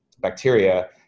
bacteria